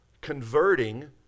converting